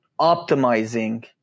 optimizing